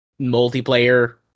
multiplayer